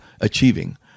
achieving